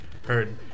Heard